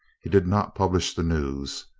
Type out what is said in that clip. he did not publish the news.